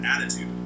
attitude